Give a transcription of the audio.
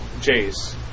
Jay's